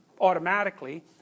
automatically